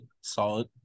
solid